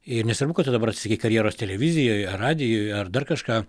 ir nesvarbu kad tu dabar atsisakei karjeros televizijoj ar radijuj ar dar kažką